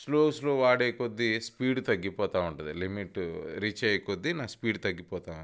slow slow వాడేకొద్ధి speed తగ్గిపోతూ ఉంటుంది లిమిట్ రీచ్ అయ్యే కొద్ది నా స్పీడ్ తగ్గిపోతూ ఉంది